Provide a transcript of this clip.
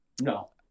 no